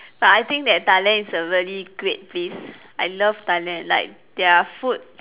but I think that Thailand is a really great place I love Thailand like their food